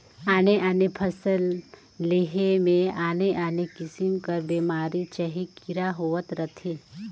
आने आने फसिल लेहे में आने आने किसिम कर बेमारी चहे कीरा होवत रहथें